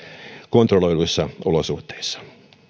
kontrolloiduissa olosuhteissa